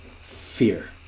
fear